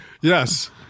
yes